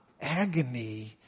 agony